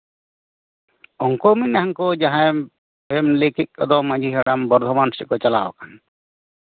ᱩᱱᱠᱩᱢ ᱢᱮᱱᱮᱜ ᱡᱟᱦᱟᱸᱭᱮᱢ ᱞᱟᱹᱭ ᱠᱮᱜ ᱠᱚᱫᱚ ᱢᱟᱹᱡᱷᱤ ᱦᱟᱲᱟᱢ ᱵᱚᱨᱫᱷᱚᱢᱟᱱ ᱥᱮᱜ ᱠᱚ ᱪᱟᱞᱟᱣ ᱟᱠᱟᱱ